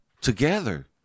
together